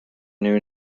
new